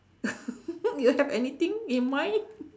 you have anything in mind